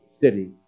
city